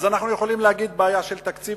אז אנחנו יכולים להגיד שזאת בעיה של תקציב,